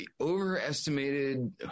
overestimated